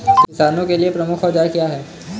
किसानों के लिए प्रमुख औजार क्या हैं?